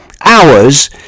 hours